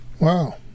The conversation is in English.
Wow